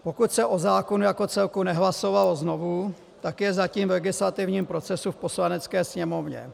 Pokud se o zákonu jako celku nehlasovalo znovu, tak je zatím v legislativním procesu v Poslanecké sněmovně.